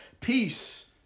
peace